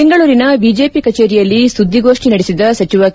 ಬೆಂಗಳೂರಿನ ಬಿಜೆಪಿ ಕಚೇರಿಯಲ್ಲಿ ಸುಧಿಗೋಷಿ ನಡೆಸಿದ ಸಚಿವ ಕೆ